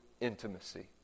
intimacy